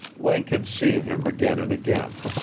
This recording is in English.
link had seen him again and again.